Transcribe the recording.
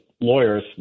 lawyers